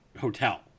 hotel